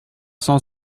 cent